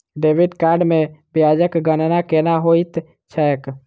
credit card मे ब्याजक गणना केना होइत छैक